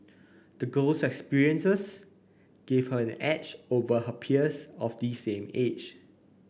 the girl's experiences gave her an edge over her peers of the same age